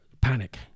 panic